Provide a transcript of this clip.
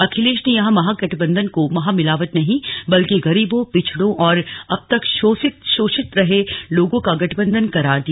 अखिलेश ने यहां महा गठबंधन को महा मिलावट नहीं बल्कि गरीबों पिछड़ों और अब तक शोषित रहे लोगों का गठबंधन करार दिया